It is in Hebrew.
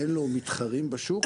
אין לו מתחרים בשוק,